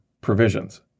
provisions